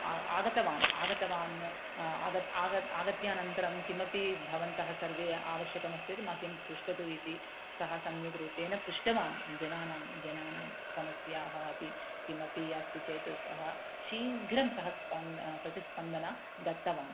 आ आगतवान् आगतवान् आग आग आगत्यानन्तरं किमपि भवन्तः सर्वे आवश्यकमस्ति चेत् मह्यं पृच्छतु इति सः सम्यक् रूपेण पृष्टवान् जनानां जनानां समस्याः अपि किमपि अस्ति चेत् सः शीघ्रं सः स्पन् प्रतिस्पन्दनं दत्तवान्